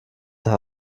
der